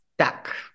Stuck